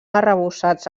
arrebossats